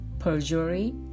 Perjury